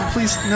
Please